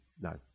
No